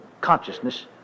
consciousness